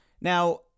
Now